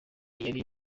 yari